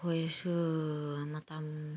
ꯑꯩꯈꯣꯏꯁꯨ ꯃꯇꯝ